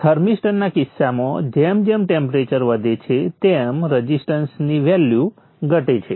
થર્મિસ્ટરના કિસ્સામાં જેમ જેમ ટેમ્પરેચર વધે છે તેમ રઝિસ્ટન્સની વેલ્યુ ઘટે છે